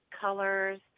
colors